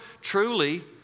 truly